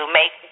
make